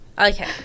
Okay